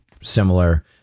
similar